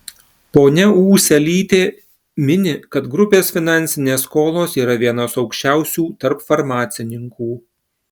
ponia ūselytė mini kad grupės finansinės skolos yra vienos aukščiausių tarp farmacininkų